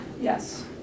Yes